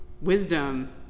Wisdom